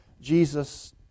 Jesus